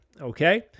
okay